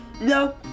no